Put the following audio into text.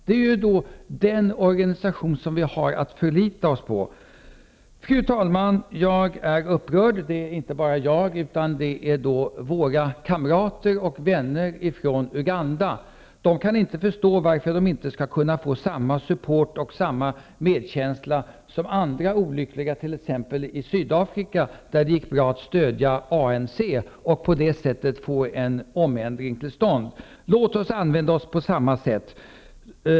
Det är den organisation som vi har att förlita oss på. Fru talman! Jag och mina kamrater och vänner från Uganda är upprörda. De kan inte förstå varför de inte skall kunna få samma support och medkänsla som andra olyckliga, t.ex. i Sydafrika. Det gick bra att stödja ANC och att på det sättet få till stånd en ändring. Låt oss här gå fram på samma sätt.